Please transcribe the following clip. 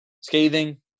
Scathing